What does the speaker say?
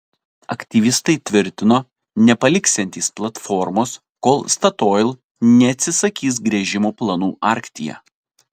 aktyvistai tvirtino nepaliksiantys platformos kol statoil neatsisakys gręžimo planų arktyje